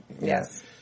Yes